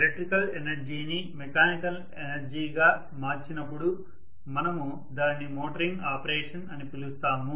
electrical ఎనర్జీని mechanical ఎనర్జీగా మార్చినప్పుడు మనము దానిని మోటరింగ్ ఆపరేషన్ అని పిలుస్తాము